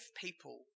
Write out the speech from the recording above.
people